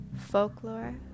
folklore